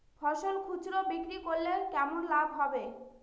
ফসল খুচরো বিক্রি করলে কেমন লাভ হবে?